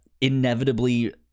inevitably